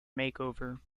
makeover